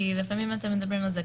כי לפעמים אתם מדברים על זה,